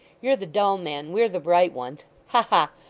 you're the dull men. we're the bright ones. ha! ha!